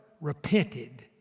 repented